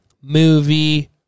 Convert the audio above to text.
movie